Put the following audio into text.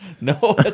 No